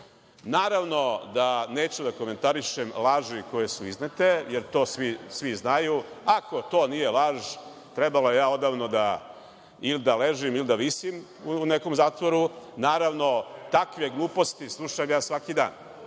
nosa. Naravno da neću da komentarišem laži koje su iznete, jer to svi znaju. Ako to nije laž, trebalo je da ja odavno ili da ležim ili da visim u nekom zatvoru. Naravno, takve gluposti slušam svaki dan